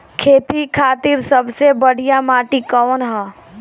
खेती खातिर सबसे बढ़िया माटी कवन ह?